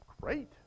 great